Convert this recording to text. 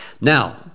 Now